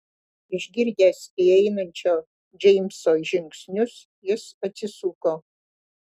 išgirdęs įeinančio džeimso žingsnius jis atsisuko